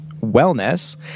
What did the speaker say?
wellness